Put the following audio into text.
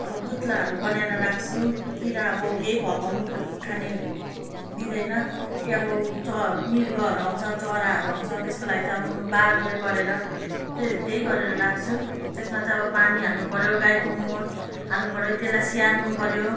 अब पुतलाहरू बनाएर राख्छु किरा अब केही भगाउनु खाने दिँदैन कि अब चर मिर्गहरू आउँछ चराहरू आउँछ त्यसको लागि चाहिँ अब म बारबेर गरेर त्यही गरेर राख्छु त्यसमा चाहिँ अब पानी हाल्नुपऱ्यो गाईको मल हाल्नुपऱ्यो त्यसलाई स्याहार्नु पऱ्यो